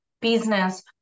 business